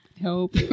help